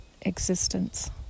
existence